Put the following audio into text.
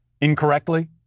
incorrectly